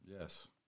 Yes